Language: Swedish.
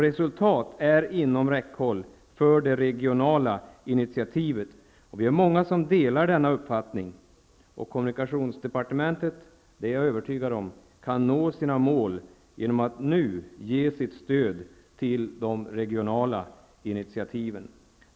Resultat är inom räckhåll för de regionala initiativen. Vi är många som delar denna uppfattning. Kommunikationsdepartementet kan -- det är jag övertygad om -- nå sina mål genom att nu ge sitt stöd till de regionala initiativen.